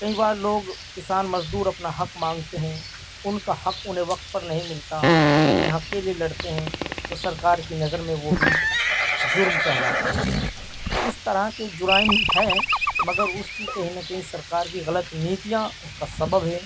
کئی بار لوگ کسان مزدور اپنا حق مانگتے ہیں ان کا حق انہیں وقت پر نہیں ملتا وہ اپنے حق کے لیے لڑتے ہیں تو سرکار کی نظر میں وہ بھی جرم کہلاتا ہے تو اس طرح کے جرائم ہیں مگر اس کی کہیں نہ کہیں سرکار کی غلط نیتیاں اس کا سبب ہے